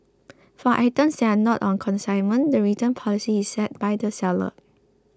for items that are not on consignment the return policy is set by the seller